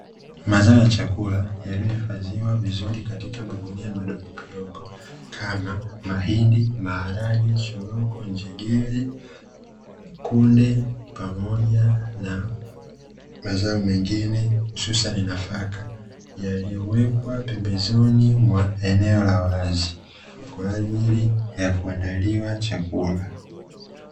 Mazao ya chakula yaliyohifadhiwa vizuri katika magunia madogomadogo, kama mahindi, maharage, choroko, njegere pamoja na mazao mengine; hususani nafaka, yaliyowekwa pembezoni mwa eneo la wazi kwa ajili ya kuandaliwa chakula.